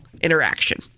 interaction